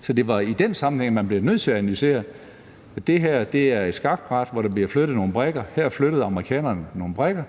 Så det er i den sammenhæng, man bliver nødt til at analysere det. Det her er et skakbræt, hvor der bliver flyttet nogle brikker, og her flyttede amerikanerne nogle brikker,